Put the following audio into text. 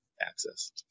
access